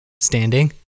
standing